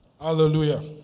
Hallelujah